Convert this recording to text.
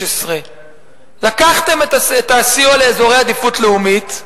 לקחתם את הסיוע לאזורי עדיפות לאומית,